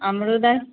अमरूद आओर